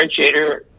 differentiator